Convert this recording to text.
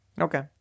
Okay